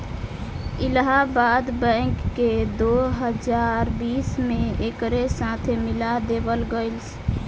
Allahabad bank के दो हजार बीस में एकरे साथे मिला देवल गईलस